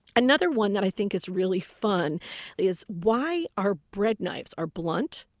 another one that i think is really fun is why our bread knives are blunt.